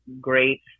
great